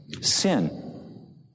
Sin